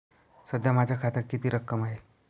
सध्या माझ्या खात्यात किती रक्कम आहे?